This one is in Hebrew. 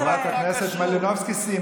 חבר הכנסת אמסלם, חברת הכנסת מלינובסקי סיימה.